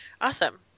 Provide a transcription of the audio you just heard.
Awesome